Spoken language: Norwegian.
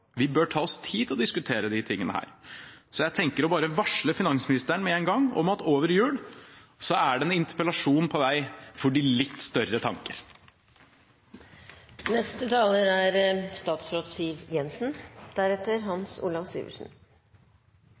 Vi bør ta oss tid til å diskutere disse tingene, så jeg tenker bare å varsle finansministeren med en gang om at over jul er det en interpellasjon for de litt større tanker på vei. Representanten Snorre Serigstad Valen har tatt opp de